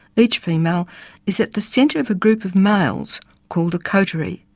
each female is at the centre of a group of males called a coterie.